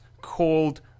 called